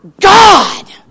God